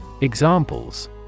Examples